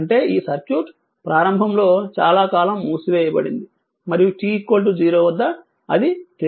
అంటే ఈ సర్క్యూట్ ప్రారంభంలో చాలా కాలం మూసివేయబడింది మరియు t 0 వద్ద అది తెరిచి ఉంది